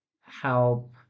help